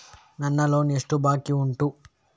ನನ್ನ ಲೋನ್ ಎಷ್ಟು ಬಾಕಿ ಉಂಟು?